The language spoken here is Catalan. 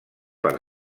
per